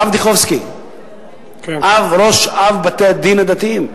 הרב דיכובסקי, אב בתי-הדין הדתיים.